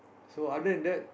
so other than that